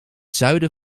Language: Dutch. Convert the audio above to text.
zuiden